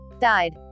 Died